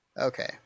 Okay